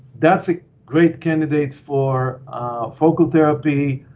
that's a great candidate for focal therapy,